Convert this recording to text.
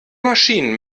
maschinen